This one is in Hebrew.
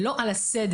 ולא על הסדר.